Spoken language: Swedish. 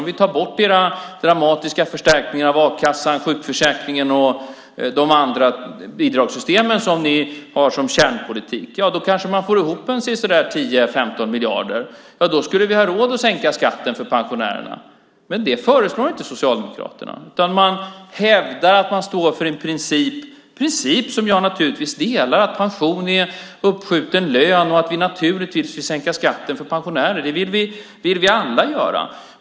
Om vi tar bort era dramatiska förstärkningar av a-kassan, sjukförsäkringen och de andra bidragssystem som ni har som kärnpolitik får vi kanske ihop sisådär 10-15 miljarder, och då skulle vi ha råd att sänka skatten för pensionärerna. Det föreslår emellertid inte Socialdemokraterna, utan de hävdar att de står för en princip som jag naturligtvis delar, nämligen att pension är uppskjuten lön, och vi vill givetvis sänka skatten för pensionärerna. Det vill vi alla göra.